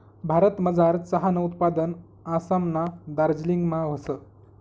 भारतमझार चहानं उत्पादन आसामना दार्जिलिंगमा व्हस